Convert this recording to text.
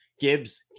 Gibbs